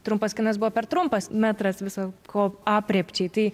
trumpas kinas buvo per trumpas metras visa ko aprėpčiai tai